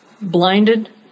blinded